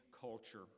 culture